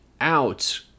out